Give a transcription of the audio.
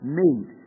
made